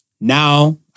Now